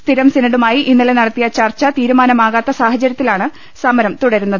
സ്ഥിരം സിനഡുമായി ഇന്നലെ നടത്തിയ ചർച്ച തീരുമാനമാകാത്ത സാഹചരൃത്തിലാണ് സമരം തുടരുന്നത്